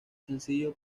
sencillo